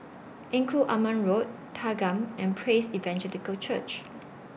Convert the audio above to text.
Engku Aman Road Thanggam and Praise Evangelical Church